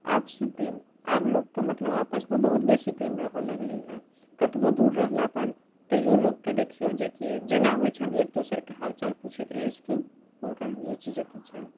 आपसी प्रेम आब लोकके मतलब आपस मे बहुत बेसी प्रेम रहए लगलैया कतबो दूर रहला पर तैयो लोकके देखियौ जेकी जेना होइ छनि एक दूसर के हाल चाल पुछैत रहै छथिन हुनका ई चीज अथी छनि